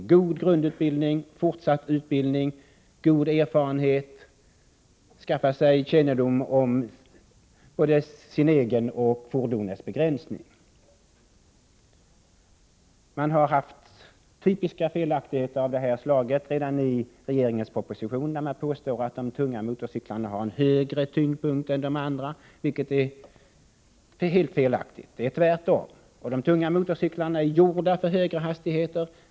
Förarna måste ha god grundutbildning, fortbildning, erfarenhet och kännedom om sin egen och fordonets begränsning. Det finns typiska felaktigheter av det här slaget redan i regeringens proposition. Påståendet att tunga motorcyklar har en högre tyngdpunkt än andra är helt felaktigt. Det är tvärtom. De tunga motorcyklarna är gjorda för höga hastigheter.